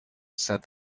said